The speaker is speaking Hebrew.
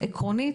עקרונית,